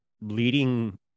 leading